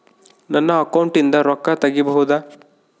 ನನ್ನ ಅಕೌಂಟಿಂದ ರೊಕ್ಕ ತಗಿಬಹುದಾ?